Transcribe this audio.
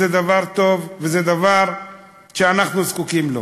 זה דבר טוב וזה דבר שאנחנו זקוקים לו.